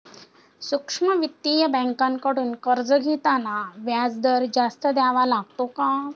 सूक्ष्म वित्तीय बँकांकडून कर्ज घेताना व्याजदर जास्त द्यावा लागतो का?